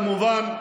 כמובן,